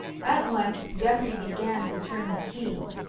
at once geoffrey began to turn the key.